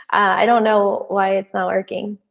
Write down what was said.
i don't know why it's not working.